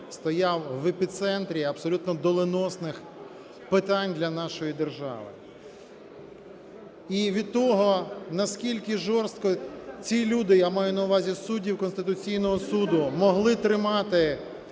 стояв в епіцентрі абсолютно доленосних питань для нашої держави. І від того, наскільки жорстко ці люди, я маю увазі судді Конституційного Суду, могли тримати